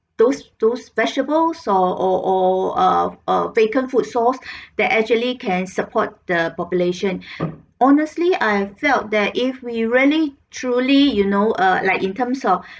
those those vegetables or or or uh uh vacant food source that actually can support the population honestly I felt that if we really truly you know err like in terms of